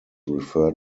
referred